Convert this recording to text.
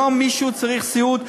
היום מישהו צריך סיעוד,